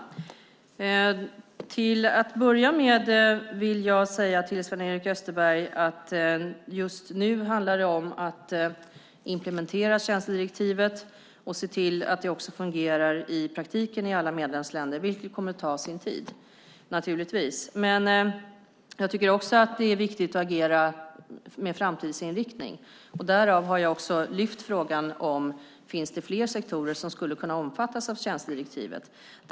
Herr talman! Till att börja med vill jag säga till Sven-Erik Österberg att just nu handlar det om att implementera tjänstedirektivet och se till att det också fungerar i praktiken i alla medlemsländer, vilket naturligtvis kommer att ta sin tid. Jag tycker också att det är viktigt att agera med framtidsinriktning. Därav har jag lyft fram frågan om det finns fler sektorer som skulle kunna omfattas av tjänstedirektivet.